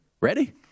Ready